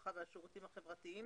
הרווחה והשירותים החברתיים.